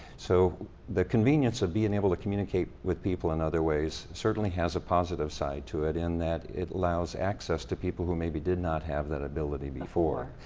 so the convenience of being able to communicate with people in other ways certainly has a positive side to it, in that it allows access to people who maybe did not have that ability before.